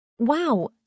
Wow